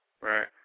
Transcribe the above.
Right